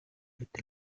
with